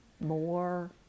more